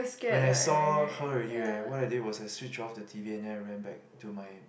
when I saw her already right what I did was I switch off the T_V and then I ran back to my